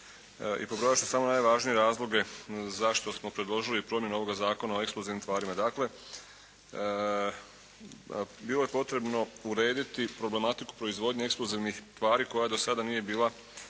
i pobrojat ću samo najvažnije razloge zašto smo predložili promjenu ovoga Zakona o eksplozivnim tvarima. Dakle, bilo je potrebno urediti problematiku proizvodnje eksplozivnih tvari koja dosada nije bila